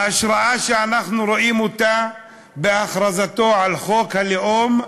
ההשראה שאנחנו רואים אותה בהכרזתו על חוק הלאום: